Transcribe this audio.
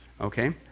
Okay